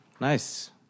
Nice